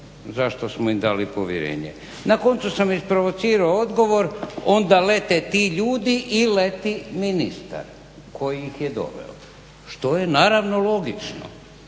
za što smo im dali povjerenje. Na koncu sam isprovocirao odgovor onda lete ti ljudi i leti ministar koji ih je doveo. Što je naravno logično.